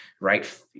right